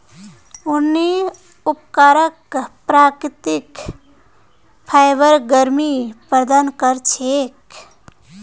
ऊनी कपराक प्राकृतिक फाइबर गर्मी प्रदान कर छेक